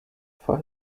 for